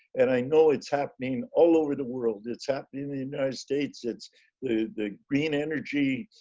and i know it's happening all over the world. it's happening in the united states. it's the the green energy